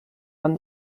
when